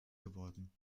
geworden